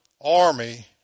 army